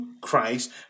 christ